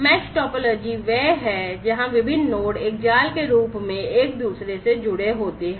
Mesh topology वह है जहां विभिन्न नोड एक जाल के रूप में एक दूसरे से जुड़े होते हैं